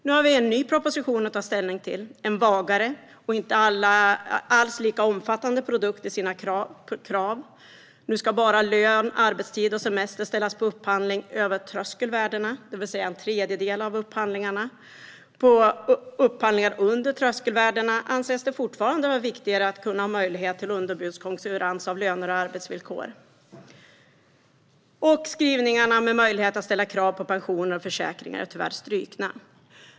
Nu har vi en ny proposition att ta ställning till, en vagare och inte alls lika omfattande produkt när det gäller kraven. Nu ska bara krav på lön, arbetstid och semester ställas på upphandlingar över tröskelvärdena, det vill säga en tredjedel av upphandlingarna. På upphandlingar under tröskelvärdena anses det fortfarande vara viktigare att kunna ha möjlighet till underbudskonkurrens av löner och arbetsvillkor. Och skrivningarna om möjlighet att ställa krav på pensioner och försäkringar är tyvärr strukna.